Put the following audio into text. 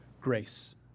grace